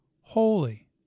holy